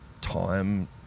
time